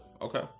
Okay